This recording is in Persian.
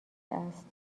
است